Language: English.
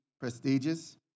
prestigious